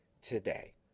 today